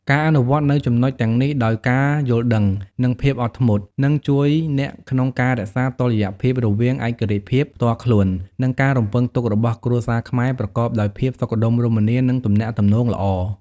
ការអនុវត្តនូវចំណុចទាំងនេះដោយការយល់ដឹង និងភាពអត់ធ្មត់ នឹងជួយអ្នកក្នុងការរក្សាតុល្យភាពរវាងឯករាជ្យភាពផ្ទាល់ខ្លួន និងការរំពឹងទុករបស់គ្រួសារខ្មែរ ប្រកបដោយភាពសុខដុមរមនា និងទំនាក់ទំនងល្អ។